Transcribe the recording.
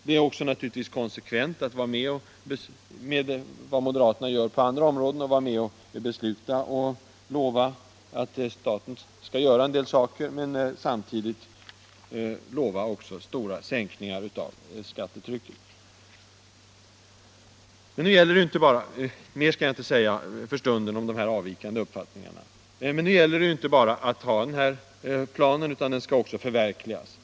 Det är naturligtvis också i konsekvens med vad moderaterna gör på andra områden, att vara med om att besluta och lova att staten skall göra en del saker, men samtidigt också lova stora sänkningar av skattetrycket. Mer skall jag inte säga för stunden om dessa avvikande uppfattningar. Men nu gäller det inte bara att ha den här planen. Den skall också förverkligas.